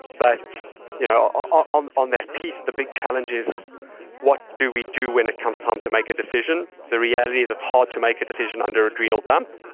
but you know on on that piece, the big challenge is what do we do when it comes time to make a decision, the reality is it's hard to make a decision under adrenal dump,